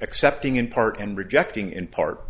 accepting in part and rejecting in part